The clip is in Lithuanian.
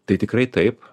tai tikrai taip